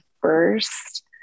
first